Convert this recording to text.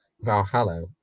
Valhalla